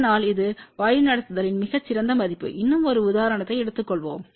அதனால் இது வழிநடத்துதலின் மிகச் சிறந்த மதிப்பு இன்னும் ஒரு உதாரணத்தை எடுத்துக் கொள்வோம்